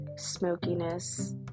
smokiness